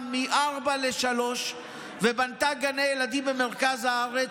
מארבע לשלוש ובנתה גני ילדים במרכז הארץ,